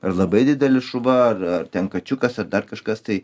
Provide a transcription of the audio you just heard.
ar labai didelis šuva ar ar ten kačiukas ar dar kažkas tai